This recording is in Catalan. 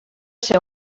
ser